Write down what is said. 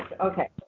Okay